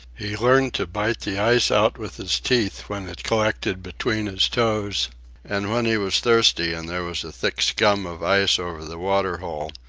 he learned to bite the ice out with his teeth when it collected between his toes and when he was thirsty and there was a thick scum of ice over the water hole,